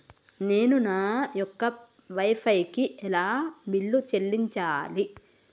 నేను నా యొక్క వై ఫై కి ఎలా బిల్లు చెల్లించాలి?